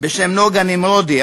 בשם נגה נמרודי,